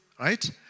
right